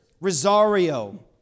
Rosario